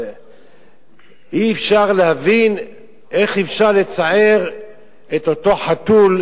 אי-אפשר להבין איך אפשר לצער את אותו חתול,